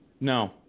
No